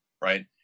right